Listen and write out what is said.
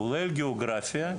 כולל גיאוגרפיה,